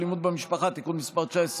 במשפחה (תיקון מס' 19,